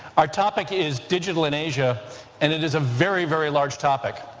our topic is digital and asia and it is a very, very large topic.